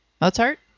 Mozart